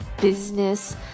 business